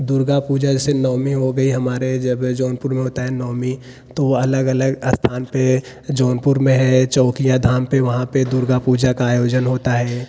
दुर्गा पूजा जैसे नवमी हो गई हमारे जब जौनपुर में होता है नौमी तो अलग अलग स्थान पे जौनपुर में है चौकिया धाम पे वहाँ पे दुर्गा पूजा का आयोजन होता है